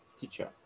Teacher